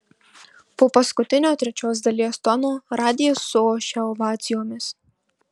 po paskutinio trečios dalies tono radijas suošia ovacijomis